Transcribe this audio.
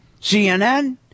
CNN